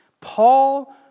Paul